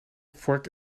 vork